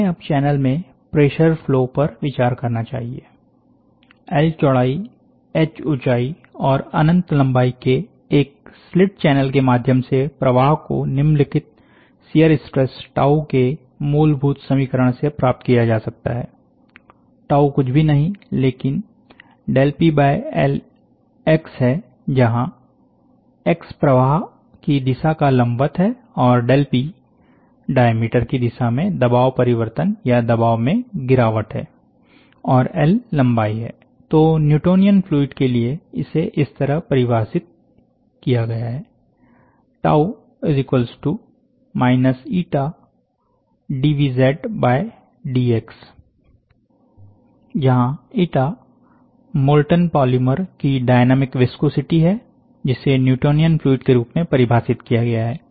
हमें अब चैनल में प्रेशर फ्लो पर विचार करना चाहिए एल चौड़ाई एच ऊंचाई और अनंत लंबाई के एक स्लिट चैनल के माध्यम से प्रवाह को निम्नलिखित शियर स्ट्रेस टाउ के मूलभूत समीकरण से प्राप्त किया जा सकता है टाउ कुछ भी नहीं लेकिन PLX है जहां एक्स प्रवाह की दिशा का लंबवत है और P डायामीटर की दिशा में दबाव परिवर्तन या दबाव में गिरावट है और एल लंबाई है तो न्यूटोनियन फ्लूइड के लिए इसे इस तरह परिभाषित किया गया है𝜏 dVzdx जहां एटा मोल्टन पॉलीमर की डायनेमिक विस्कोसिटी है जिसे न्यूटोनियन फ्लूइड के रूप में परिभाषित किया गया है